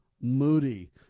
moody